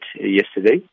yesterday